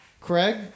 Craig